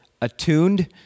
attuned